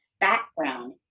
background